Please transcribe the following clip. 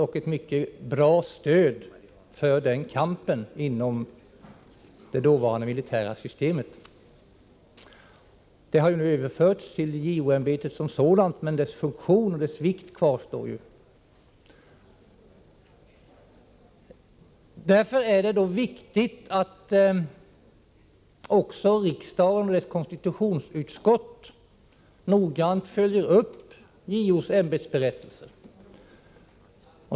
MO var ett mycket gott stöd för den kampen inom det dåvarande militära systemet. Dess funktioner har nu överförts till JO-ämbetet, men funktionernas vikt kvarstår. Det är viktigt att också riksdagen och dess konstitutionsutskott noggrant följer upp JO:s ämbetsberättelse.